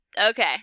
Okay